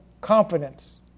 confidence